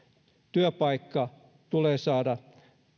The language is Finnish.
työpaikka tulee saada